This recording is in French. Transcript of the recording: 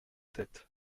tête